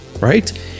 right